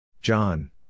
John